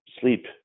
sleep